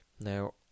Now